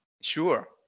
sure